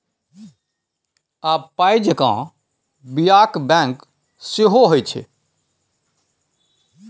आब पाय जेंका बियाक बैंक सेहो होए छै